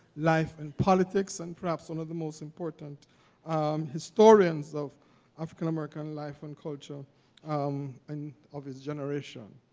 life, and politics, and perhaps one of the most important historians of african american life and culture um and of his generation.